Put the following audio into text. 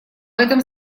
этом